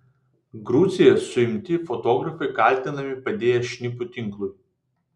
gruzijoje suimti fotografai kaltinami padėję šnipų tinklui